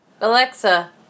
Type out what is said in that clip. Alexa